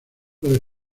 los